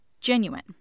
genuine